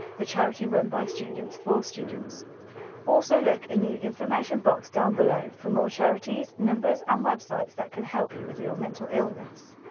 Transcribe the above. the charity run by students for students also, look in the information box down below for more charities numbers and um websites that can help you with your mental illness